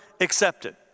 accepted